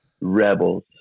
Rebels